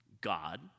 God